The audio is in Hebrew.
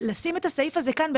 לשים את הסעיף הזה כאן,